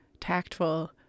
tactful